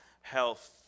health